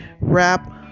rap